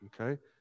Okay